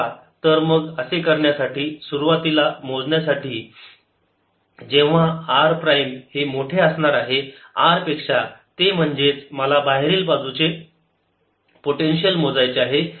चला तर असे करण्यासाठी सुरुवातीला मोजण्यासाठी जेव्हा r प्राईम हे मोठे असणार आहे R पेक्षा ते म्हणजेच मला बाहेरील बाजूचे पोटेन्शिअल मोजायचे आहे